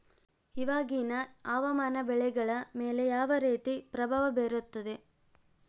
ಇವಾಗಿನ ಹವಾಮಾನ ಬೆಳೆಗಳ ಮೇಲೆ ಯಾವ ರೇತಿ ಪ್ರಭಾವ ಬೇರುತ್ತದೆ?